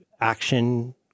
action